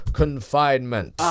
confinement